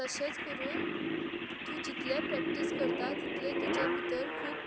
तशेंच करून तूं जितलें प्रेक्टीस करता तितले तुजे भितर खूब